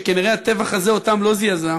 שכנראה הטבח הזה אותם לא זעזע,